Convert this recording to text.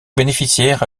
bénéficiaire